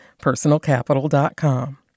PersonalCapital.com